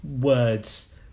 words